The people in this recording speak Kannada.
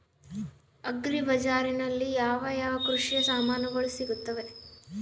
ಅಗ್ರಿ ಬಜಾರಿನಲ್ಲಿ ಯಾವ ಯಾವ ಕೃಷಿಯ ಸಾಮಾನುಗಳು ಸಿಗುತ್ತವೆ?